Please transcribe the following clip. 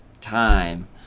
time